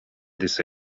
this